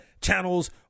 channels